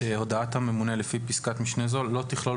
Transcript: הודעת הממונה לפי פסקת משנה זו לא תכלול